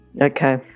Okay